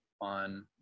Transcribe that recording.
on